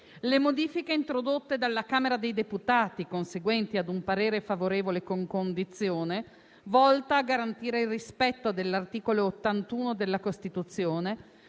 Le modifiche introdotte dalla Camera dei deputati, conseguenti a un parere favorevole con condizione volta a garantire il rispetto dell'articolo 81 della Costituzione